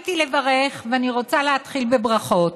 עליתי לברך, ואני רוצה להתחיל בברכות.